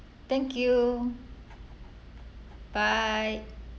thank you bye